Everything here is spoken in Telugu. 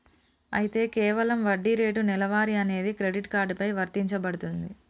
అయితే కేవలం వడ్డీ రేటు నెలవారీ అనేది క్రెడిట్ కార్డు పై వర్తించబడుతుంది